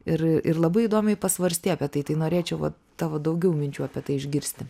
ir ir labai įdomiai pasvarstei apie tai tai norėčiau va tavo daugiau minčių apie tai išgirsti